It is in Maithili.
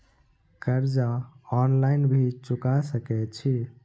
कर्जा ऑनलाइन भी चुका सके छी?